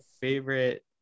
favorite